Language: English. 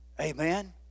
Amen